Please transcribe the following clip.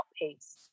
pace